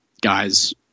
guys